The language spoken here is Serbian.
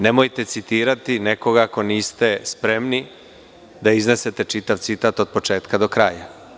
Nemojte citirati nekoga ako niste spremni da iznesete čitav citat od početka do kraja.